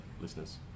listeners